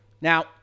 Now